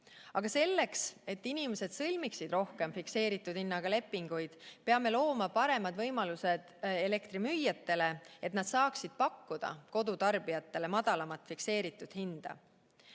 Aga selleks, et inimesed sõlmiksid rohkem fikseeritud hinnaga lepinguid, peame looma paremad võimalused elektrimüüjatele, et nad saaksid pakkuda kodutarbijatele madalamat fikseeritud hinda.